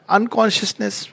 Unconsciousness